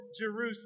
Jerusalem